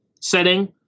setting